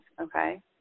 okay